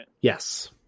Yes